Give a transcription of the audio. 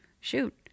Shoot